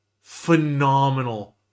phenomenal